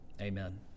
Amen